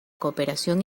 cooperación